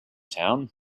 town